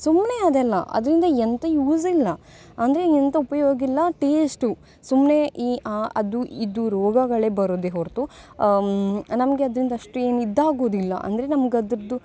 ಸುಮ್ಮನೆ ಅದೆಲ್ಲ ಅದರಿಂದ ಎಂತ ಯೂಸ್ ಇಲ್ಲ ಅಂದರೆ ಎಂತ ಉಪಯೋಗಿಲ್ಲ ಟೇಸ್ಟು ಸುಮ್ಮನೆ ಈ ಆ ಅದು ಇದು ರೋಗಗಳು ಬರೋದೇ ಹೊರತು ನಮಗೆ ಅದರಿಂದ ಅಷ್ಟು ಏನು ಇದಾಗುದಿಲ್ಲ ಅಂದರೆ ನಮ್ಗೆ ಅದರದ್ದು